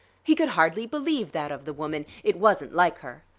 he could hardly believe that of the woman it wasn't like her.